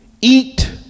eat